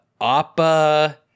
Appa